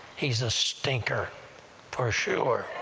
he's a stinker for sure!